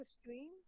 stream